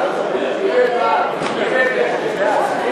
סיעת ש"ס להביע